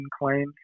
claim